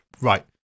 right